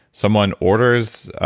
someone orders.